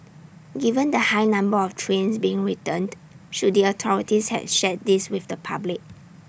given the high number of trains being returned should the authorities have shared this with the public